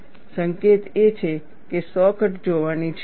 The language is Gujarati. સંકેત એ છે કે સો કટ જોવાની છે